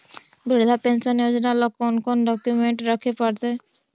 वृद्धा पेंसन योजना ल कोन कोन डाउकमेंट रखे पड़तै?